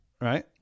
right